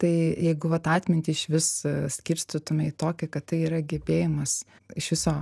tai jeigu vat atmintį išvis skirstytume į tokį kad tai yra gebėjimas iš viso